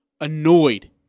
annoyed